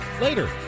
later